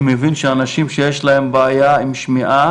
אני מבין שאנשים שיש להם בעיה עם שמיעה